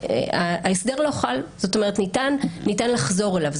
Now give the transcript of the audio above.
ההסדר לא חל, זאת אומרת ניתן לחזור אליו.